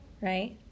Right